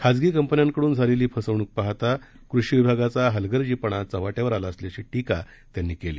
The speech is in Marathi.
खासगी कंपन्याकडून झालेली फसवणूक पाहाता कृषि विभागाचा हलगर्जीपणा चव्हाट्यावर आला असल्याची टिका त्यांनी केली